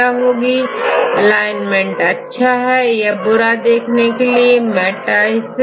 यह sequence one को sequence दो के साथ रिलेट होने के आधार पर इसको स्कोर देने के लिए उपयोगी है